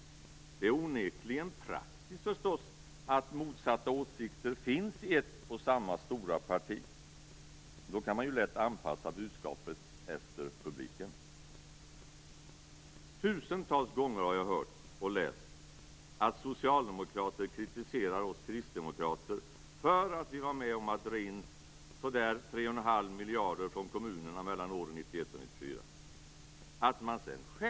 Det är onekligen praktiskt att motsatta åsikter finns i ett och samma stora parti. Då kan man ju lätt anpassa budskapet efter publiken. Tusentals gånger har jag hört och läst att socialdemokrater kritiserar oss kristdemokrater för att vi var med om att dra in så där 3,5 miljarder från kommunerna mellan åren 1991 och 1994.